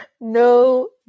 No